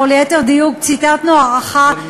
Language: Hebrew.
או ליתר דיוק ציטטנו הערכה,